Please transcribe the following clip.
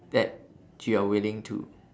that you're willing to